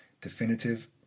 definitive